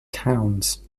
towns